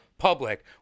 public